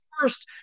first